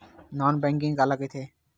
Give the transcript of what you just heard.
Non banking काला कइथे?